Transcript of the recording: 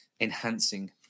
enhancing